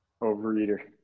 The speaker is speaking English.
Overeater